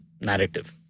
narrative